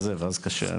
ואז קשה,